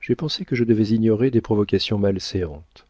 j'ai pensé que je devais ignorer des provocations malséantes